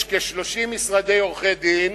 יש כ-30 משרדי עורכי-דין,